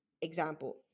example